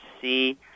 see